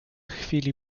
chwili